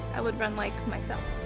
i would run like myself.